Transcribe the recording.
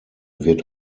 wird